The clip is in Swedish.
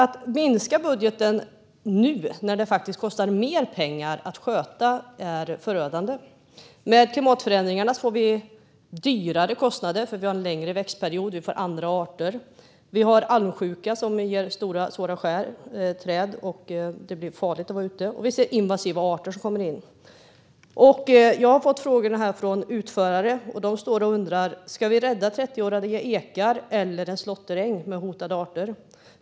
Att minska budgeten nu när det faktiskt kostar mer pengar att sköta naturen är förödande. Med klimatförändringarna får vi större kostnader då vi har en längre växtperiod och andra arter. Vi har almsjuka, vilket ger sköra, stora träd som gör det farligt att vara ute. Vi ser också invasiva arter komma in. Jag har fått frågor från utförare. De undrar: Ska vi rädda trehundraåriga ekar eller en slåtteräng med hotade arter?